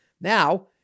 Now